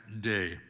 day